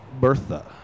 Bertha